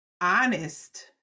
honest